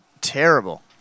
terrible